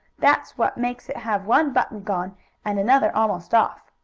that's what makes it have one button gone and another almost off,